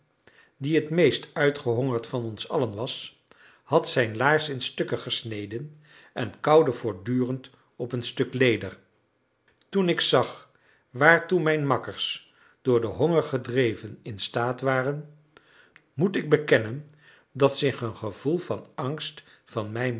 die het meest uitgehongerd van ons allen was had zijn laars in stukken gesneden en kauwde voortdurend op een stuk leder toen ik zag waartoe mijn makkers door den honger gedreven instaat waren moet ik bekennen dat zich een gevoel van angst van